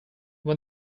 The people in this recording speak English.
when